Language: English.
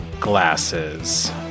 glasses